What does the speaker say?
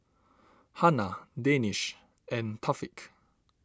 Hana Danish and